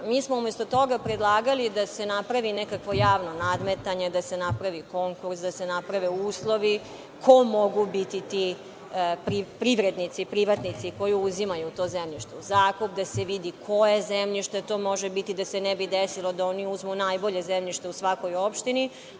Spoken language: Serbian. smo umesto toga predlagali da se napravi nekakvo javno nadmetanje, da se napravi konkurs, da se naprave uslovi, ko mogu biti ti privrednici, privatnici koji uzimaju to zemljište u zakup, da se vidi koje zemljište to može biti, da se ne bi desilo da oni uzmu najbolje zemljište u svakoj opštini,